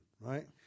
right